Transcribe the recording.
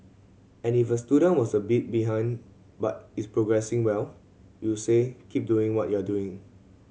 and if a student was a bit behind but is progressing well we'll say keep doing what you're doing